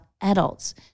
adults